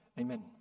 Amen